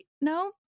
No